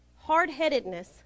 hard-headedness